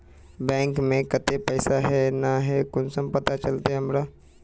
Bank में केते पैसा है ना है कुंसम पता चलते हमरा?